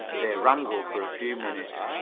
they wrangled for a few minutes,